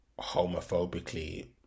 homophobically